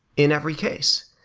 in every case.